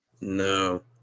No